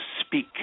speak